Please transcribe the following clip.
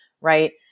right